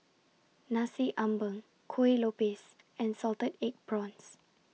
Nasi Ambeng Kuih Lopes and Salted Egg Prawns